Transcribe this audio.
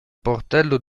portello